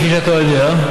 כפי שאתה יודע,